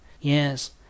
yes